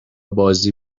بازی